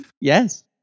Yes